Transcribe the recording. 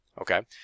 okay